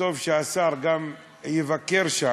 וטוב שהשר גם יבקר שם,